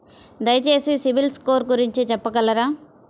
దయచేసి CIBIL score గురించి చెప్పగలరా?